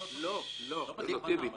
שבן אדם הגיע בפעם הראשונה,